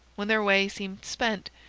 when their way seemed spent,